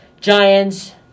Giants